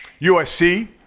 USC